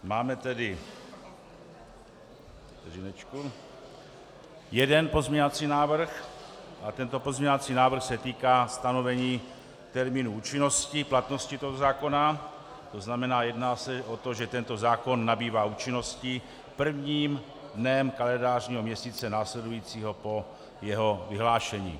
Máme tedy jeden pozměňovací návrh a tento pozměňovací návrh se týká stanovení termínu účinnosti, platnosti tohoto zákona, tzn. jedná se o to, že tento zákon nabývá účinnosti prvním dnem kalendářního měsíce následujícího po jeho vyhlášení.